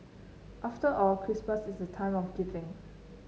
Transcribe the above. after all Christmas is the time of giving